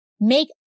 make